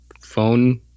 phone